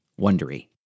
Wondery